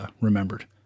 remembered